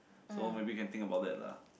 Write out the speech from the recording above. so maybe can think about that lah